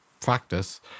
practice